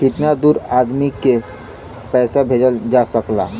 कितना दूर आदमी के पैसा भेजल जा सकला?